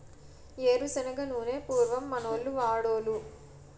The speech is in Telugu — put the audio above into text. ఏరు శనగ నూనె పూర్వం మనోళ్లు వాడోలు